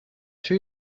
two